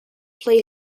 play